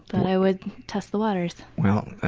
but i would test the waters. well,